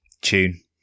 Tune